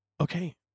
okay